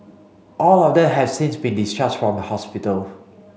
all of them have since been discharged from the hospital